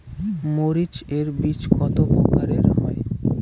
মরিচ এর বীজ কতো প্রকারের হয়?